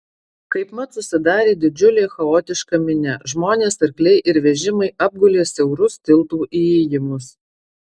kaipmat susidarė didžiulė chaotiška minia žmonės arkliai ir vežimai apgulė siaurus tiltų įėjimus